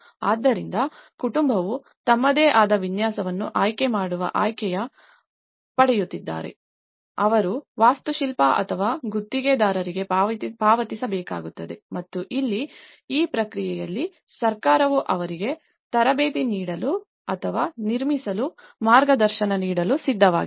ಆದ್ದರಿಂದ ಕುಟುಂಬವು ತಮ್ಮದೇ ಆದ ವಿನ್ಯಾಸವನ್ನು ಆಯ್ಕೆ ಮಾಡುವ ಆಯ್ಕೆಯನ್ನು ಪಡೆಯುತ್ತಿದ್ದರೂ ಅವರು ವಾಸ್ತುಶಿಲ್ಪಿ ಅಥವಾ ಗುತ್ತಿಗೆದಾರರಿಗೆ ಪಾವತಿಸಬೇಕಾಗುತ್ತದೆ ಮತ್ತು ಇಲ್ಲಿ ಈ ಪ್ರಕ್ರಿಯೆಯಲ್ಲಿ ಸರ್ಕಾರವು ಅವರಿಗೆ ತರಬೇತಿ ನೀಡಲು ಅಥವಾ ನಿರ್ಮಿಸಲು ಮಾರ್ಗದರ್ಶನ ನೀಡಲು ಸಿದ್ಧವಾಗಿದೆ